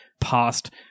past